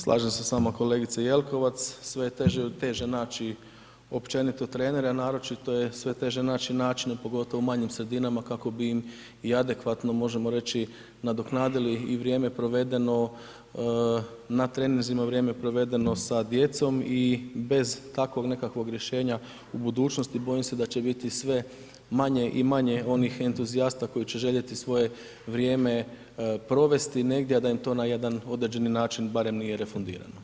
Slažem se s vama kolegice Jelkovac, sve je teže i teže naći općenito trenere, a naročito je sve teže naći načine pogotovo u manjim sredinama kako bi im i adekvatno možemo reći nadoknadili i vrijeme provedeno na treninzima, vrijeme provedeno sa djecom i bez takvog nekakvog rješenja u budućnosti bojim se da će biti sve manje i manje onih entuzijasta koji će željeti svoje vrijeme provesti negdje, a da im to na jedan određeni način barem nije refundirano.